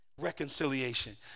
reconciliation